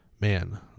Man